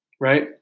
Right